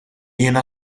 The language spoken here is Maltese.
jiena